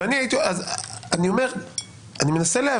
אני חשה גאווה גדולה וביזיון על זה שאני